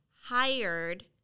hired